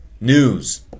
news